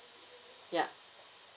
ya